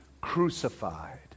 crucified